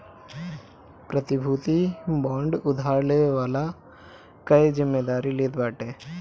प्रतिभूति बांड उधार लेवे वाला कअ जिमेदारी लेत बाटे